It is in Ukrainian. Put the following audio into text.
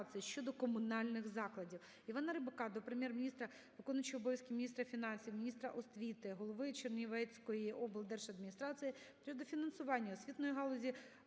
Дякую.